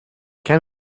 can